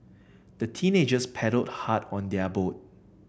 the teenagers paddled hard on their boat